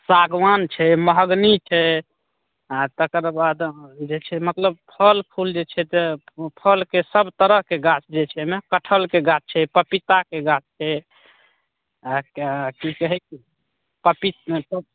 सागवान छै महगनी छै आ तकरबाद आहाँ जे छै मतलब फल फूल जे छै तऽ फलके सब तरहके गाछ जे छै एहिमे कठहलके गाछ छै पपीताके गाछ छै आ कि कहै छै पपी पपी